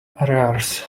arrears